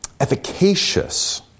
efficacious